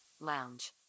lounge